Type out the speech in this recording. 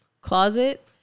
closet